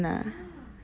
ya